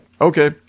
okay